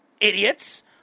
idiots